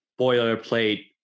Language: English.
boilerplate